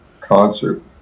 concert